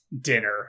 dinner